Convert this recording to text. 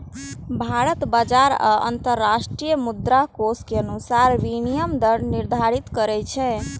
भारत बाजार आ अंतरराष्ट्रीय मुद्राकोष के अनुसार विनिमय दर निर्धारित करै छै